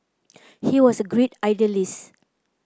he was a great idealist